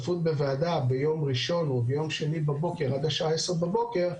בוועדה ביום ראשון או ביום שני בבוקר עד השעה 10:00 בבוקר,